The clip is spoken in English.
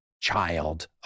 child